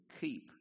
keep